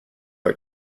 are